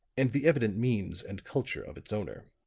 and the evident means and culture of its owner.